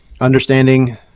understanding